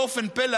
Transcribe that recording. באופן פלא,